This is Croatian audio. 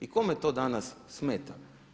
I kome to danas smeta?